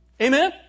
Amen